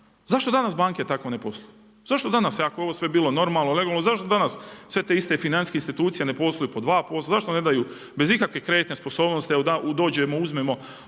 Zašto danas banke tako ne posluju? Zašto danas ako je ovo sve bilo normalno, legalno, zašto danas sve te iste financijske institucije ne posluju po 2%, zašto ne daju bez ikakve kreditne sposobnosti, evo dođemo, uzmemo